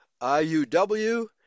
I-U-W